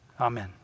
amen